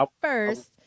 first